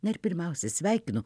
na ir pirmiausia sveikinu